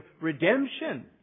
redemption